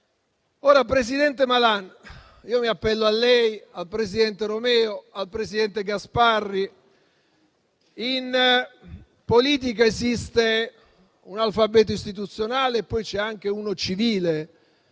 al presidente Malan, al presidente Romeo, al presidente Gasparri: in politica esiste un alfabeto istituzionale e poi ce n'è anche uno civile.